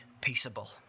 peaceable